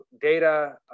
data